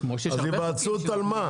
אז היוועצות על מה?